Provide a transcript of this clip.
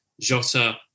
Jota